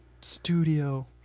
studio